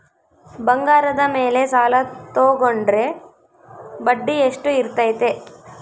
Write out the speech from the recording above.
ಬಂಗಾರದ ಮೇಲೆ ಸಾಲ ತೋಗೊಂಡ್ರೆ ಬಡ್ಡಿ ಎಷ್ಟು ಇರ್ತೈತೆ?